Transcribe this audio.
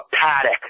paddock